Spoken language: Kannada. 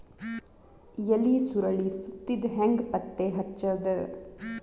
ಎಲಿ ಸುರಳಿ ಸುತ್ತಿದ್ ಹೆಂಗ್ ಪತ್ತೆ ಹಚ್ಚದ?